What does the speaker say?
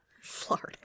Florida